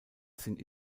sind